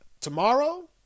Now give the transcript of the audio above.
tomorrow